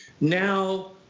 Now